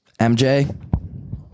MJ